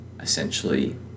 essentially